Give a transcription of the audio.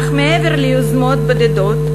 אך מעבר ליוזמות בודדות,